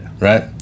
Right